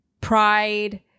pride